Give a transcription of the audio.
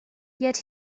yet